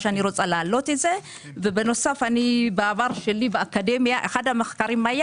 ובנוסף בעברי באקדמיה אחד המחקרים היה